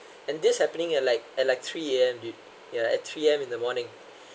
and this happening at like at like three A_M dude yeah at three A_M in the morning